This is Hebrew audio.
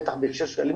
בטח בנושא אלימות,